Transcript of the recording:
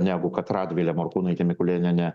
negu kad radvilė morkūnaitė mikulėnienė